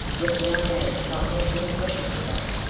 yet the young man did not mention his wishes to her.